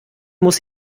muss